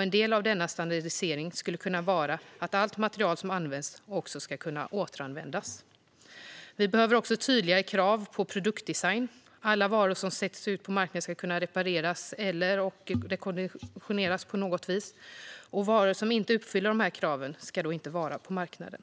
En del av denna standardisering skulle kunna vara att allt material som används också ska kunna återanvändas. Vi behöver också tydligare krav på produktdesign. Alla varor som släpps ut på marknaden ska kunna repareras eller på något vis rekonditioneras. Varor som inte uppfyller dessa krav ska inte få finnas på marknaden.